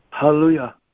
Hallelujah